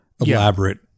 Elaborate